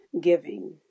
giving